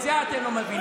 את זה אתם לא מבינים.